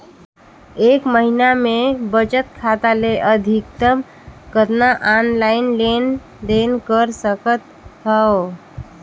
एक महीना मे बचत खाता ले अधिकतम कतना ऑनलाइन लेन देन कर सकत हव?